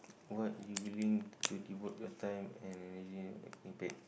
what you willing to devote your time and energy without getting paid